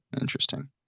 Interesting